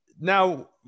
Now